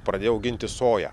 pradėjau auginti soją